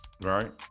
Right